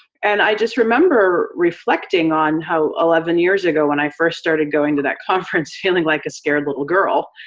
and i just remember reflecting on how eleven years ago when i first started going to that conference, feeling like a scared little girl,